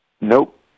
Nope